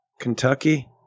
kentucky